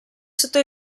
sotto